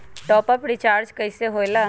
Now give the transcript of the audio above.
Top up recharge कइसे होएला?